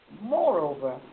Moreover